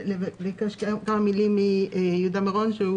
אבקש שנשמע גם כמה מילים מיהודה מירון,